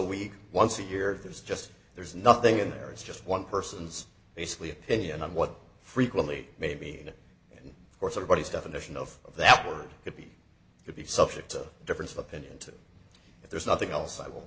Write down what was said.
week once a year there's just there's nothing in there it's just one person's basically opinion on what frequently maybe and of course everybody's definition of that word it could be subject to difference of opinion too if there's nothing else i will